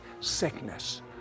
sickness